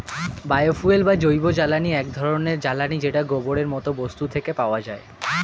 bio fuel বা জৈবজ্বালানী এমন এক ধরণের জ্বালানী যেটা গোবরের মতো বস্তু থেকে পাওয়া যায়